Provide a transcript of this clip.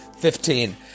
Fifteen